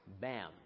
Bam